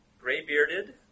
gray-bearded